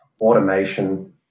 automation